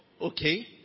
Okay